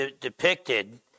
depicted